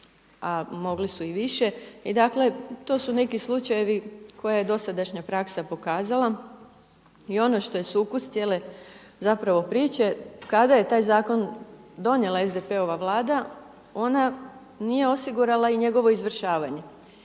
a mogli su više. I dakle, to su neki slučajevi koje je dosadašnja pokazala i ono što je sukus cijele, zapravo, priče, kada je taj Zakon donijela SDP-ova Vlada, ona nije osigurala i njegovo izvršavanje.